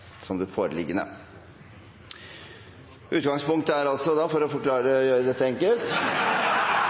som det foreliggende. For å gjøre dette enkelt